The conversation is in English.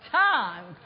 time